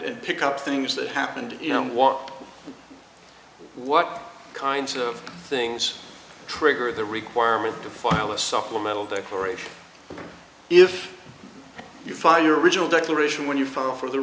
pick up things that happened you know in war what kinds of things trigger the requirement to file a supplemental declaration if you file your original declaration when you file for the